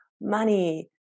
money